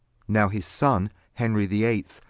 now his sonne, henry the eight,